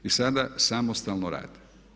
I sada samostalno rade.